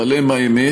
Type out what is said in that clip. אבל הם האמת,